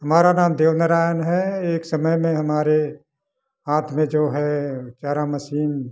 हमारा नाम देव नारायण है एक समय में हमारे हाथ में जो है चारा मशीन